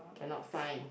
cannot find